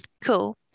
cool